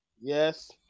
yes